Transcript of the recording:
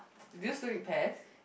do you still eat pears